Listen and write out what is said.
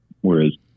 Whereas